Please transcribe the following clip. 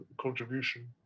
contribution